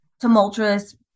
tumultuous